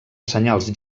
senyals